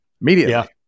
immediately